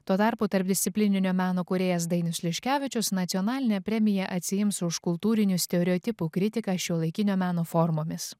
tuo tarpu tarpdisciplininio meno kūrėjas dainius liškevičius nacionalinę premiją atsiims už kultūrinių stereotipų kritiką šiuolaikinio meno formomis